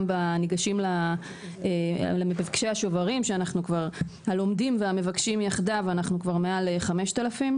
גם במבקשי השוברים והלומדים יחדיו אנחנו כבר מעל ל-5000.